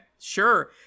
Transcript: sure